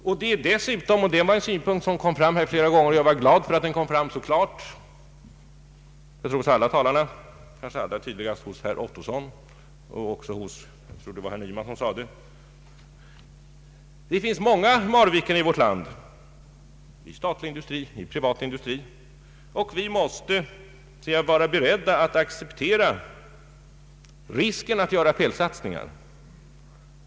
För det andra — det var en synpunkt som kom fram flera gånger, och jag är glad över att den kom fram så klart, kanske allra tydligast hos herr Ottosson — finns det många Marviken i vårt land i statlig industri och i privat industri. Vi måste vara beredda att acceptera risken att göra felsatsningar.